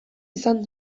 izan